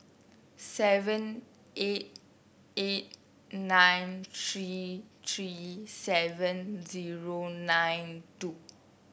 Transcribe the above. seven eight eight nine three three seven zero nine two